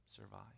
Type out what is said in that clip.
survive